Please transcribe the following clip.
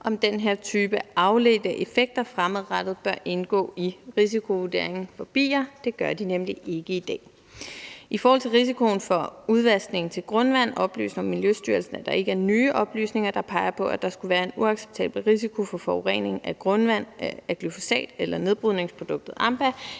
om den her type afledte effekter fremadrettet bør indgå i risikovurderingen for bier. Det gør de nemlig ikke i dag. I forhold til risikoen for udvaskning til grundvand oplyser Miljøstyrelsen, at der ikke er nye oplysninger, der peger på, at der skulle være en uacceptabel risiko for forurening af grundvand med glyfosat eller nedbrydningsproduktet AMPA